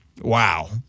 wow